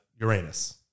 Uranus